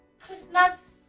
Christmas